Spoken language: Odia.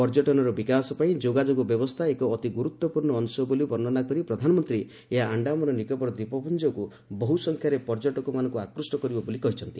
ପର୍ଯ୍ୟଟନର ବିକାଶ ପାଇଁ ଯୋଗାଯୋଗ ବ୍ୟବସ୍ଥା ଏକ ଅତି ଗୁରୁତ୍ୱପୂର୍ଣ୍ଣ ଅଂଶ ବୋଲି ବର୍ଷ୍ଣନା କରି ପ୍ରଧାନମନ୍ତ୍ରୀ ଏହା ଆଣ୍ଡାମାନ ନିକୋବର ଦ୍ୱୀପପୁଞ୍ଜକୁ ବହୁସଂଖ୍ୟାରେ ପର୍ଯ୍ୟଟକମାନଙ୍କୁ ଆକୃଷ୍ଟ କରିବ ବୋଲି କହିଛନ୍ତି